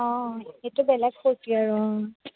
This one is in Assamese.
অঁ এইটো বেলেগ ফূৰ্তি আৰু অঁ